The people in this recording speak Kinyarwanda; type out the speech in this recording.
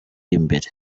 imbere